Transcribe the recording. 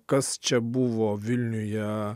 kas čia buvo vilniuje